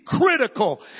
critical